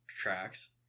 tracks